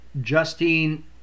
Justine